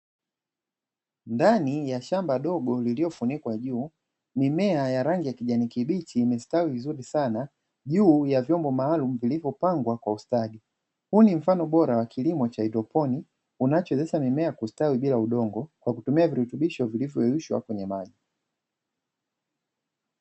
Ndani ya shamba dogo liliofunikwa juu mimea ya rangi ya kijani kibichi imestawi vizuri sana juu ya vyombo maalumU vilivyopangwa kwa ustadi, huu ni mfano bora wa kilimo cha haidroponiki unachowezesha mimea kustawi bila udongo kwa kutumia virutubisho vilivyoyeyushwa kwenye maji.